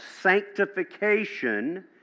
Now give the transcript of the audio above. sanctification